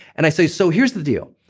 and i say, so here's the deal.